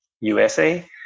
USA